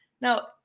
now